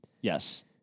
yes